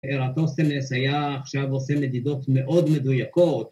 ‫רטוסנס היה עכשיו עושה מדידות ‫מאוד מדויקות.